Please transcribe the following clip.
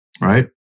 Right